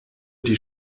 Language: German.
die